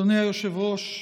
אדוני היושב-ראש,